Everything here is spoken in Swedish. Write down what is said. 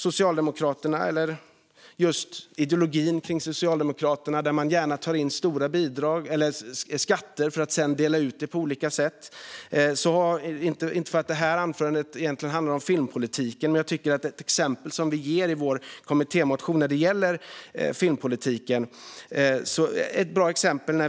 Socialdemokraterna har en ideologi som går ut på att ta in stora skatter för att sedan dela ut pengar på olika sätt. Det här anförandet handlar egentligen inte om filmpolitiken, men jag vill ta ett bra exempel från vår kommittémotion när det gäller filmpolitiken.